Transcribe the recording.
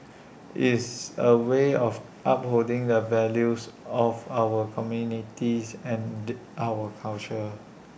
is A way of upholding the values of our communities and our culture